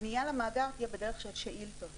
הפנייה למאגר תהיה בדרך של שאילתות.